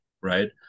Right